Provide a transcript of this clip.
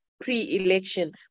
pre-election